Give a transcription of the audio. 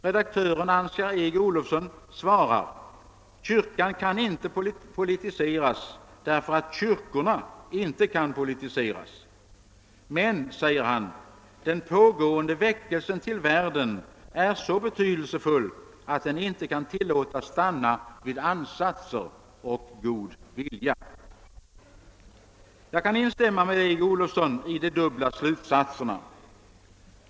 Redaktören Ansgar Eeg-Olofsson svarar: »Kyrkan kan inte politiseras, därför att kyrkorna inte kan politiseras ...«— »Men«, säger han, »den pågående väckelsen till världen är så betydelsefull att den inte kan tillåtas stanna vid ansatser och god vilja...» Jag kan instämma med Eeg-Olofsson i dessa dubbla slutsatser.